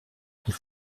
faut